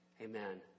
Amen